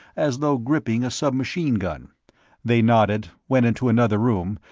as though gripping a submachine-gun they nodded, went into another room,